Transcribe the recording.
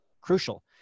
Crucial